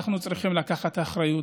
אנחנו צריכים לקחת אחריות,